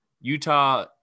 utah